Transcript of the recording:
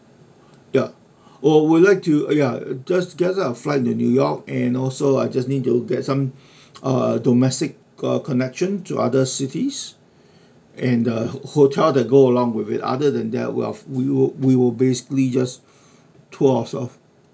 ya or we'll like to ya just get us the flight to new york and also I just need to get some uh domestic uh connections to other cities and the hotel that go along with it other than that we are we will we will basically just tour ourselves